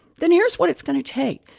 then here's what it's going to take.